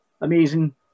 Amazing